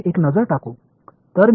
எனவே அதைப் பார்ப்போம்